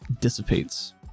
dissipates